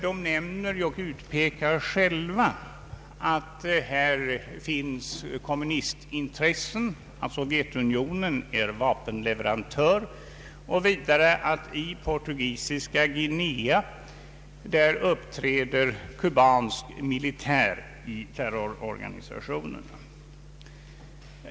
De nämner och utpekar själva, att där finns kommunistintressen, att Sovjetunionen är vapenleverantör och att i Portugisiska Guinea kubansk militär uppträder i terrororganisationerna.